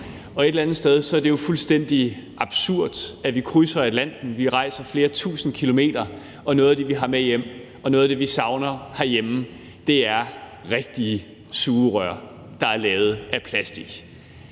Et eller andet sted er det jo fuldstændig absurd, at vi krydser Atlanten og rejser flere tusinde kilometer – og noget af det, vi så har med hjem, og som er noget af det vi savner herhjemme, er rigtige sugerør, der er lavet af plastik.